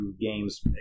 games